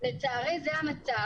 לצערי זה המצב,